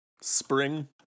spring